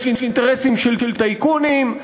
יש אינטרסים של טייקונים,